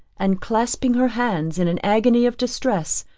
and clasping her hands in an agony of distress,